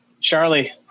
Charlie